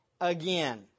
again